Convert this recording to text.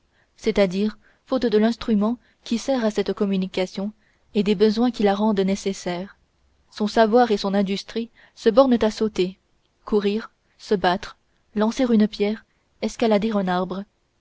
c'est-à-dire faute de l'instrument qui sert à cette communication et des besoins qui la rendent nécessaire son savoir et son industrie se bornent à sauter courir se battre lancer une pierre escalader un arbre